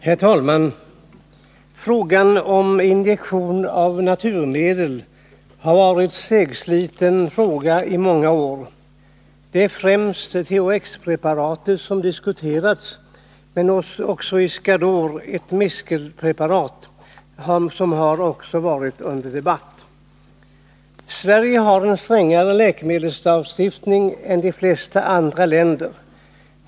Herr talman! Frågan om injektion av naturmedel har varit en segsliten fråga i många år. Det är främst THX-preparatet som diskuterats, men också Iscador, ett mistelpreparat, har varit under debatt. Sverige har en strängare läkemedelslagstiftning än de flesta andra länder.